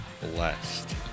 blessed